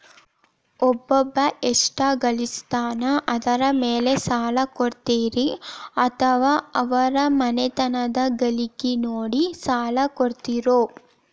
ಒಬ್ಬವ ಎಷ್ಟ ಗಳಿಸ್ತಾನ ಅದರ ಮೇಲೆ ಸಾಲ ಕೊಡ್ತೇರಿ ಅಥವಾ ಅವರ ಮನಿತನದ ಗಳಿಕಿ ನೋಡಿ ಸಾಲ ಕೊಡ್ತಿರೋ?